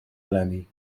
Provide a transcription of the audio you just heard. eleni